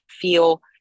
feel